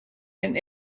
and